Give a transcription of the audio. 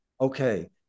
Okay